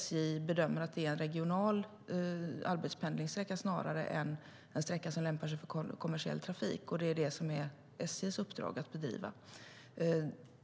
SJ bedömer att det här är en regional arbetspendlingssträcka snarare än en sträcka som lämpar sig för kommersiell trafik. Det är det som är SJ:s uppdrag att bedriva.